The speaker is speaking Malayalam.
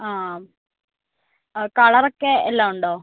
ആ കളറൊക്കെ എല്ലാമുണ്ടോ